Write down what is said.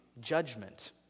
judgment